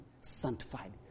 sanctified